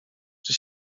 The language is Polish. czy